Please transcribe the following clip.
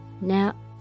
Now